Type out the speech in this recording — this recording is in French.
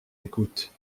écoute